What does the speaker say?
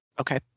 Okay